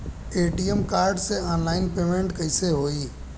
ATM card से online payment कैसे होई?